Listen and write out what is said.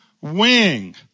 wing